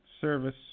service